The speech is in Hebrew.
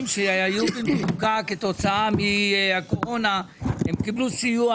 שהיו במצוקה כתוצאה מהקורונה קיבלו סיוע,